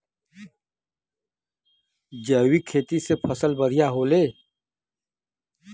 जैविक खेती से फसल बढ़िया होले